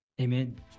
Amen